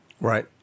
Right